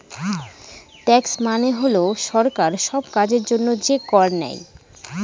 tax মানে হল সরকার সব কাজের জন্য যে কর নেয়